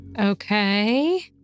Okay